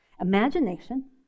imagination